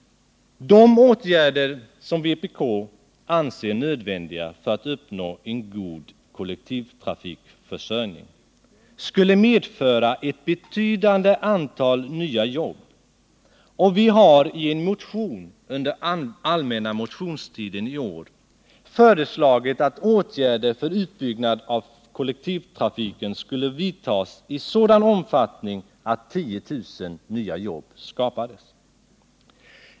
De åtgärder som vpk anser nödvändiga för att uppnå en god kollektivtrafikförsörjning skulle medföra ett betydande antal nya jobb. Vi har i en motion som väcktes under den allmänna motionstiden i år föreslagit att åtgärder för utbyggnad av kollektivtrafiken skulle vidtas i sådan omfattning att 10000 nya jobb skapades.